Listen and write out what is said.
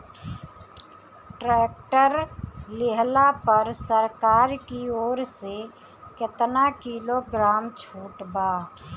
Tractor लिहला पर सरकार की ओर से केतना किलोग्राम छूट बा?